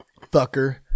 fucker